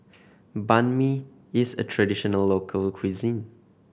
Banh Mi is a traditional local cuisine